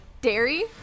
Dairy